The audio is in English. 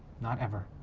not ever.